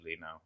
now